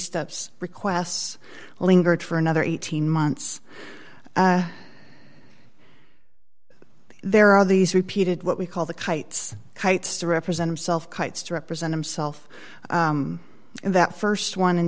steps requests lingered for another eighteen months there are these repeated what we call the kites kites to represent himself kites to represent himself and that st one in